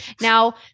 Now